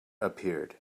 appeared